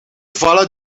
vallen